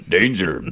Danger